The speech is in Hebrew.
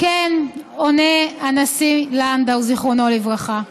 "כן", עונה הנשיא לנדאו, זיכרונו לברכה,